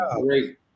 great